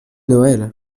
noël